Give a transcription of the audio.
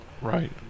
Right